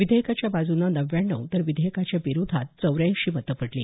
विधेयकाच्या बाजूने नव्व्याण्णव तर विधेयकाच्या विरोधात चौऱ्याऐंशी मतं पडली